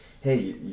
hey